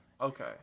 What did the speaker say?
okay